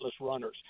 runners